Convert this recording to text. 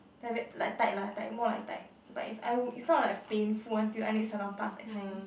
like very like tight lah tight more like tight but i would it's not like painful until I need Salonpas that kind